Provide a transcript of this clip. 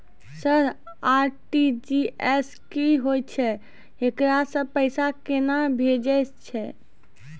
Sir RTGS की होय छै, एकरा से पैसा केना भेजै छै?